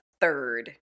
third